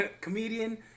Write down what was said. comedian